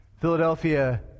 Philadelphia